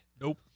nope